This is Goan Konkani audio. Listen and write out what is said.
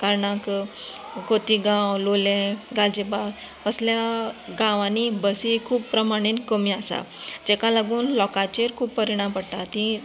कारणाक खोतीगांव लोलिये गालजीबाग असल्या गांवांनी बसी खूब प्रमाणेन कमी आसा जाका लागून लोकांचेर खूब परिणाम पडटा ती